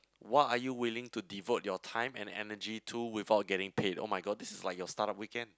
what are you willing to devote your time and energy to without getting pain oh-my-god this is like your start up weekend